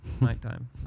nighttime